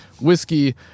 whiskey